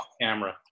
camera